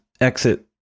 exit